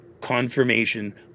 confirmation